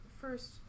first